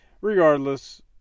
Regardless